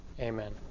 Amen